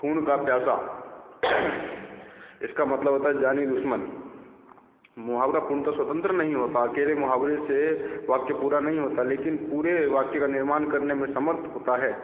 खून का प्यासा इसका मतलब होता है जानी दुश्मन मुहावरा पूर्णत स्वतंत्र नहीं होता अकेले मुहावरे से वाक्य पूरा नहीं होता लेकिन पूरे वाक्य का निर्माण करने में समर्थ होता है